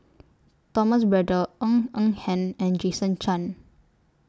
Thomas Braddell Ng Eng Hen and Jason Chan